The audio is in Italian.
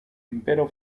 impero